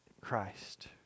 Christ